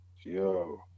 yo